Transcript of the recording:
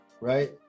right